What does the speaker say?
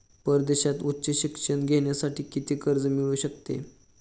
परदेशात उच्च शिक्षण घेण्यासाठी किती कर्ज मिळू शकते?